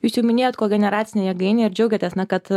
jūs jau minėjot kogeneracinę jėgainę ir džiaugiatės kad